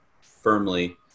firmly